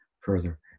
further